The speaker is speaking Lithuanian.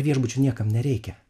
viešbučių niekam nereikia